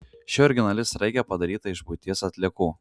ši originali sraigė padaryta iš buities atliekų